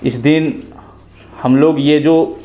इस दिन हम लोग ये जो